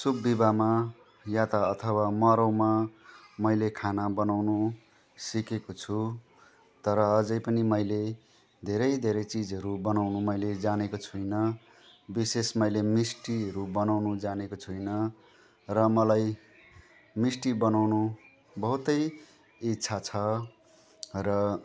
शुभ विवाहमा या त अथवा मरौमा मैले खाना बनाउनु सिकेको छु तर अझै पनि मैले धेरै धेरै चिजहरू बनाउनु मैले जानेको छुइनँ विशेष मैले मिस्टीहरू बनाउनु जानेको छुइनँ र मलाई मिस्टी बनाउनु बहुतै इच्छा छ र